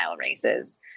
races